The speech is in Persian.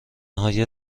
های